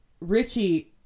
Richie